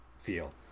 feel